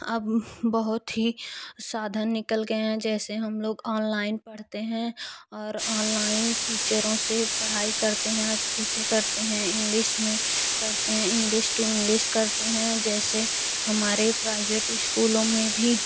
अब बहुत ही साधन निकल गए हैं जैसे हम लोग ऑनलाइन पढ़ते हैं और ऑनलाइन टीचरों से पढ़ाई करते हैं अच्छे से करते हैं इंग्लिश में करते हैं इंग्लिश टू इंग्लिश करते हैं जैसे हमारे प्राइवेट स्कूलों में भी